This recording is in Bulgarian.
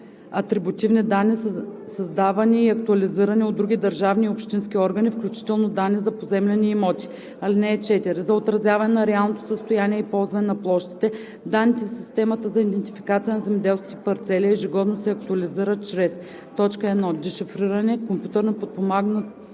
атрибутивни данни, създавани и актуализирани от други държавни и общински органи, включително данни за поземлени имоти. (4) За отразяване на реалното състояние и ползване на площите, данните в Системата за идентификация на земеделските парцели ежегодно се актуализират чрез: 1. дешифриране (компютърно подпомогнато